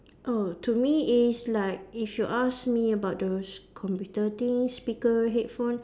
oh to me it is like if you ask me about the computer things speaker headphone